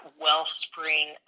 wellspring